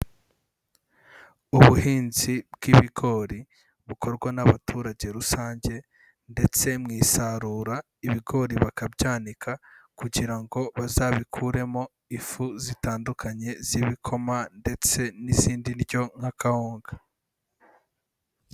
Ubuhinzi bw'ibigori bukorwa n'abaturage rusange ndetse mu isarura ibigori bakabyanika kugira ngo bazabikuremo ifu zitandukanye z'ibikoma ndetse n'izindi ndyo nka kawunga.